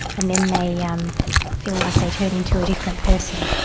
and then they yeah um feel like they turn into a different person.